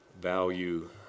value